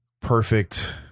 Perfect